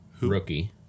Rookie